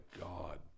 God